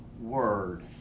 word